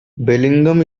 bellingham